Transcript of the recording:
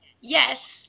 Yes